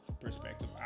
perspective